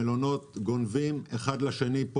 המלונות "גונבים" עובדים אחד לשני.